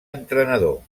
entrenador